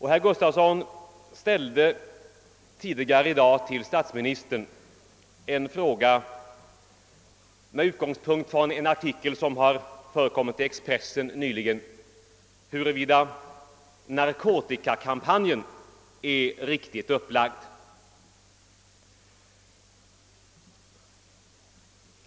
Han ställde tidigare i dag till statsministern en fråga med utgångspunkt från en artikel som har publicerats i Expressen nyligen, huruvida narkotikakampanjen är riktigt upplagd.